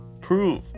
prove